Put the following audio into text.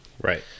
Right